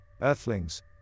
earthlings